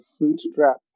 Bootstrap